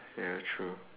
ya true